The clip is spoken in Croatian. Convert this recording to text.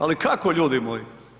Ali kako ljudi moji?